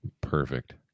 Perfect